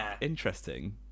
interesting